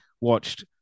watched